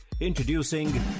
Introducing